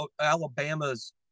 Alabama's